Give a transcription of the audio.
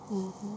mmhmm